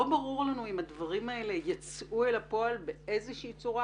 לא ברור לנו אם הדברים האלה יצאו אל הפועל באיזושהי צורה,